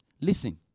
listen